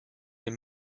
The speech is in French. est